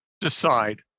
decide